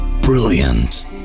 Brilliant